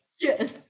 Yes